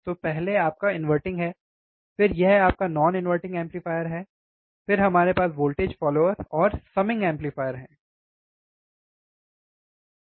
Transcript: तो पहले आपका इनवर्टिंग है फिर यह आपका नाॅन इनवर्टिंग एम्पलीफायर है फिर हमारे पास वोल्टेज फॉलोवर और समिंग एम्पलीफायर है